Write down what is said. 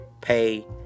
pay